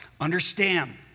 understand